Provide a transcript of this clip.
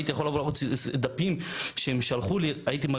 הייתי יכול לבוא ולהראות דפים שהם שלחו לי,